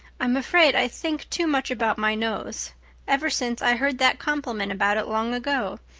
i'm afraid i think too much about my nose ever since i heard that compliment about it long ago.